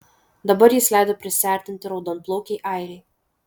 dabar jis leido prisiartinti raudonplaukei airei